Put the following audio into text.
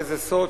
וזה סוד,